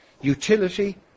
utility